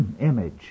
image